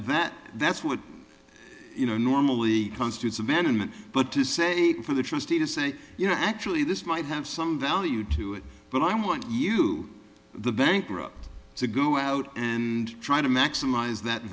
that that's what you know normally constitutes abandonment but to say for the trustee to say you know actually this might have some value to it but i want you the bankrupt to go out and try to maximize that